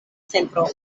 centro